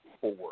four